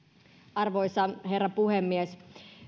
arvoisa herra puhemies